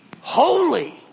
holy